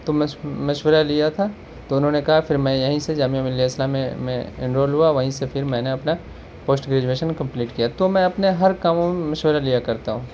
تو مشورہ لیا تھا تو انہوں نے کہا پھر میں یہیں سے جامعہ ملیہ اسلامیہ میں انرول ہوا وہیں سے پھر میں نے اپنا پوسٹ گریجویشن کمپلیٹ کیا تو میں اپنے ہر کاموں میں مشورہ لیا کرتا ہوں